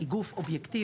היא גוף אובייקטיבי,